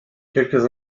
quelques